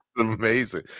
amazing